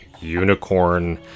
unicorn